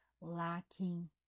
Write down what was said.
lacking